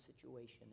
situation